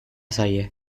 zaie